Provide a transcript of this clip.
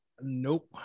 Nope